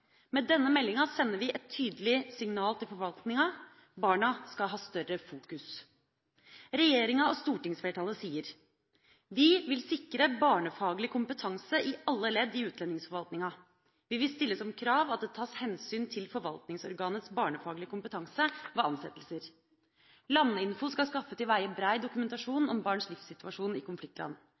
Med denne meldinga sender vi et tydelig signal til forvaltninga: Barna skal ha større fokus. Regjeringa og stortingsflertallet sier: Vi vil sikre barnefaglig kompetanse i alle ledd i utlendingsforvaltninga. Vi vil stille som krav at det tas hensyn til forvaltningsorganets barnefaglige kompetanse ved ansettelser. Landinfo skal skaffe til veie brei dokumentasjon om barns livssituasjon i konfliktland.